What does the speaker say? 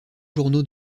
journaux